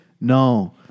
No